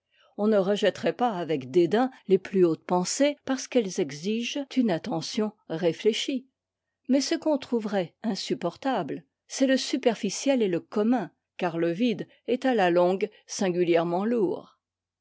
on ne rejetterait pas avec dédain les plus hautes pensées parce qu'elles exigent une attention réfléchie mais ce qu'on trouverait insupportable c'est le superficiel et le commun car le vide est à la longue singulièrement lourd